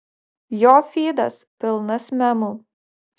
jo fydas pilnas memų